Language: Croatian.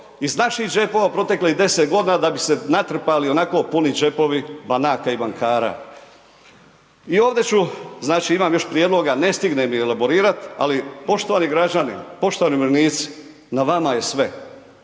iz naših džepova proteklih 10 g. da bi se natrpali ionako puni džepovi banaka i bankara. I ovdje ću znači, imam još prijedloga, ne stignem ih elaborirat ali poštovani građani, poštovani umirovljenici, na vama je sve.